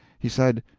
he said,